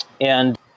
and-